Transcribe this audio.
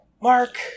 Mark